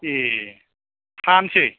ए हानसै